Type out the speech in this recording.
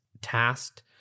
tasked